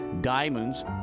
diamonds